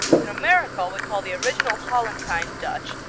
in america we call the original holland-kind dutch,